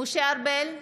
משה ארבל,